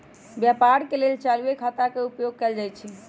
व्यापार के लेल चालूये खता के उपयोग कएल जाइ छइ